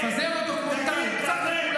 תגיד, תענה.